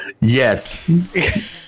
Yes